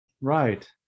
Right